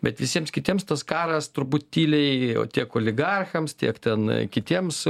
bet visiems kitiems tas karas turbūt tyliai ėjo tiek oligarchams tiek ten kitiems